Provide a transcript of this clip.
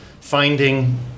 finding